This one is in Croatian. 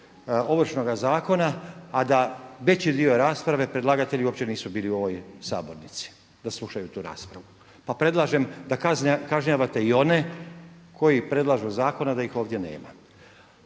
Ovršnoga zakona a da veći dio rasprave predlagatelji uopće nisu bili u ovoj sabornici da slušaj tu raspravu. Pa predlažem da kažnjavate i one koji predlažu zakone a da ih ovdje nema.